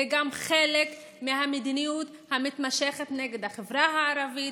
זה גם חלק מהמדיניות המתמשכת נגד החברה הערבית